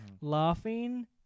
laughing